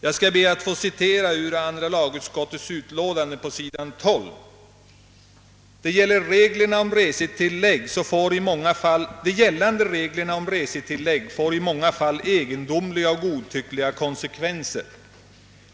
Jag skall be att få citera andra lagutskottets utlåtande på s. 12: »De gällande reglerna om resetillägg får i många fall egendomliga och godtyckliga konsekvenser.